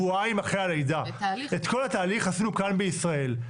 את כל התהליך עשינו כאן בישראל.